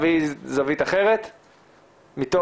אז